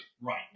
Right